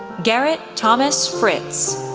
garrett thomas fritz,